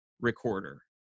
recorder